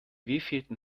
wievielten